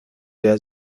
der